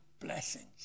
blessings